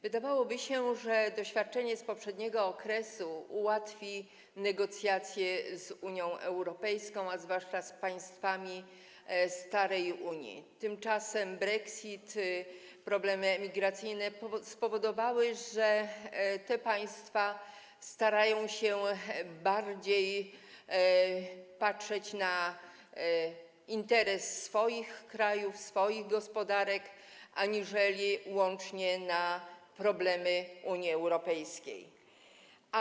Wydawałoby się, że doświadczenie z poprzedniego okresu ułatwi negocjacje z Unią Europejską, a zwłaszcza z państwami starej Unii, tymczasem Brexit i problemy emigracyjne spowodowały, że państwa te starają się bardziej patrzeć na interesy swoich krajów, swoich gospodarek aniżeli na problemy Unii Europejskiej łącznie.